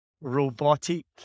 robotic